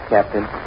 Captain